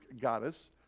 goddess